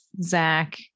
Zach